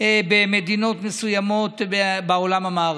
במדינות מסוימות בעולם המערבי.